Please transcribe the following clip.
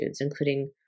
including